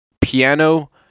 Piano